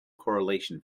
correlation